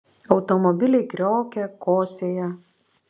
automobiliai kriokia kosėja